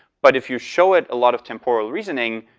but if you show it a lot of temporal reasoning,